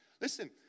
listen